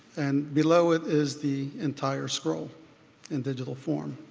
and below it is the entire scroll in digital form.